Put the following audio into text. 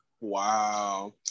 Wow